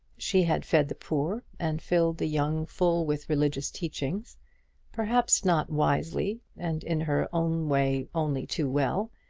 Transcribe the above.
she had fed the poor, and filled the young full with religious teachings perhaps not wisely, and in her own way only too well,